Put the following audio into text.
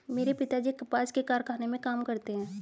मेरे पिताजी कपास के कारखाने में काम करते हैं